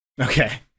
Okay